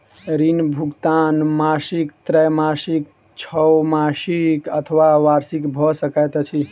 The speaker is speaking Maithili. ऋण भुगतान मासिक त्रैमासिक, छौमासिक अथवा वार्षिक भ सकैत अछि